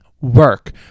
work